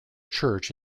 church